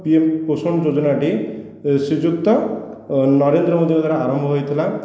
PM ପୋଷଣ ଯୋଜନାଟି ଶ୍ରୀଯୁକ୍ତ ନରେନ୍ଦ୍ର ମୋଦିଙ୍କ ଦ୍ୱାରା ଆରମ୍ଭ ହୋଇଥିଲା